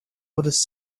oldest